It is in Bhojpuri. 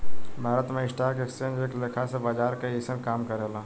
भारत में स्टॉक एक्सचेंज एक लेखा से बाजार के जइसन काम करेला